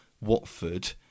Watford